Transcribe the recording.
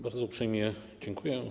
Bardzo uprzejmie dziękuję.